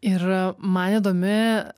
ir man įdomi